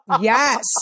yes